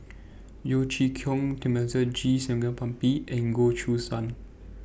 Yeo Chee Kiong Thamizhavel G Sarangapani and Goh Choo San